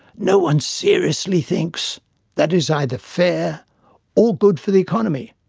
no one seriously thinks that is either fair or good for the economy.